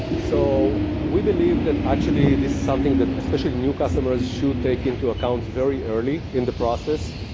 so we believe that actually this is something that specially new customers should take into account very early in the process,